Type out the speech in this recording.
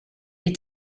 est